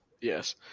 Yes